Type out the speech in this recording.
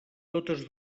totes